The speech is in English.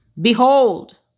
behold